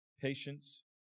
patience